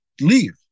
leave